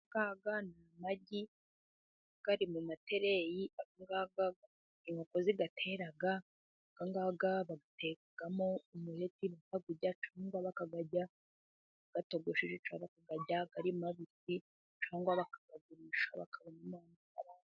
Aya ni amagi ari mu matereyi, aya ni inkoko ziyatera. Ayangaya bayatekamo umureti bakawurya, cyangwa bakayarya atogosheje, cyangwa bakayarya ari mabisi, cyangwa bakayagurisha bakabona amafaranga.